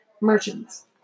merchants